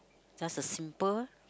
just a simple